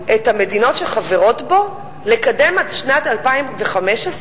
את המדינות שחברות בו לקדם עד שנת 2015 ניהול